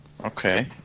Okay